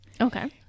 Okay